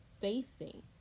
facing